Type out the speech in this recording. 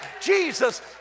Jesus